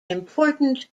important